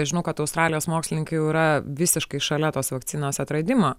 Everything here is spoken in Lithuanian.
aš žinau kad australijos mokslininkai jau yra visiškai šalia tos vakcinos atradimo